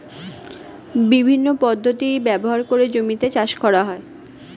বিভিন্ন পদ্ধতি ব্যবহার করে জমিতে চাষ করা হয়